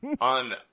on